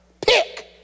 Pick